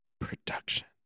production